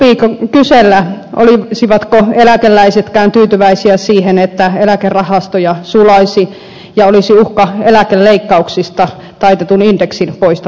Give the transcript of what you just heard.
sopiiko kysellä olisivatko eläkeläisetkään tyytyväisiä siihen että eläkerahastoja sulaisi ja olisi uhka eläkeleikkauksista taitetun indeksin poistamisen sijaan